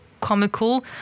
comical